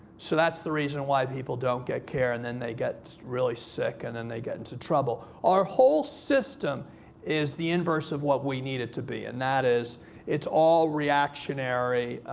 so that's the reason why people don't get care. and then they get really sick, and then they get into trouble. our whole system is the inverse of what we need it to be. and that is it's all reactionary,